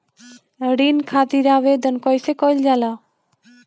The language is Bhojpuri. ऋण खातिर आवेदन कैसे कयील जाला?